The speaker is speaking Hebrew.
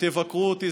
ותבקרו אותי,